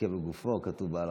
לוקה בגופו", כתוב בהלכה.